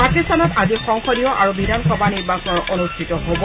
পাকিস্তানত আজি সংসদীয় আৰু বিধানসভা নিৰ্বাচনৰ ভোটগ্ৰহণ অনুষ্ঠিত হ'ব